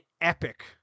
epic